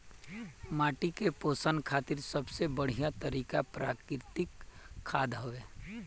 माटी के पोषण खातिर सबसे बढ़िया तरिका प्राकृतिक खाद हवे